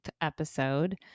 episode